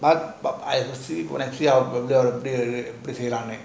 I இப்பிடி செய்லாம்னு:ipidi seilamnu